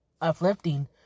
uplifting